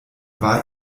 war